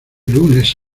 lunes